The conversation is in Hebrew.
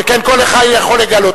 שכן כל אחד יכול לגלותה,